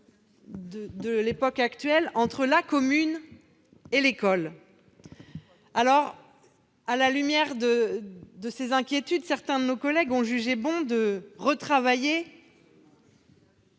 des enjeux actuels, entre la commune et l'école. À la lumière de ces inquiétudes, certains de nos collègues ont jugé bon de retravailler